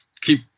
keep